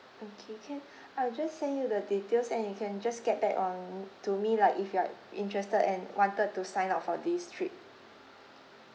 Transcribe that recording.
okay can I will just send you the details and you can just get back um to me lah if you are interested and wanted to sign up for this trip